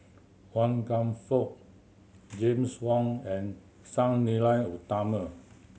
Wan Kam Fook James Wong and Sang Nila Utama